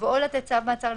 בעניינו של עצור,